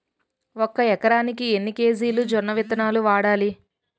ఒక ఎకరానికి ఎన్ని కేజీలు జొన్నవిత్తనాలు వాడాలి?